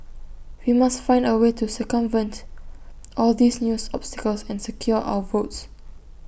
we must find A way to circumvent all these news obstacles and secure our votes